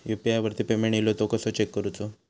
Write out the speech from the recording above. UPI वरती payment इलो तो कसो चेक करुचो?